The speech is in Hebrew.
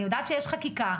אני יודעת שיש חקיקה,